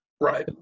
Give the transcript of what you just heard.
Right